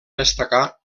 destacar